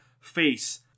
face